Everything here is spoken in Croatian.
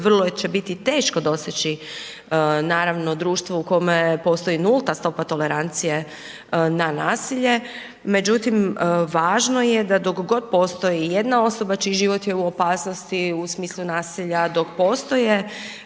Vrlo će biti teško doseći naravno društvo u kojemu postoji nulta stopa tolerancije na nasilje međutim važno je da dok god postoji jedna osoba čiji život je u opasnosti u smislu nasilja, dok postoje